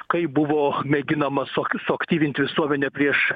kaip buvo mėginama su suaktyvint visuomenę prieš